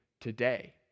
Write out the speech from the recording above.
today